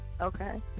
Okay